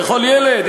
לכל ילד.